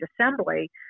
assembly